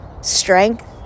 strength